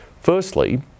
Firstly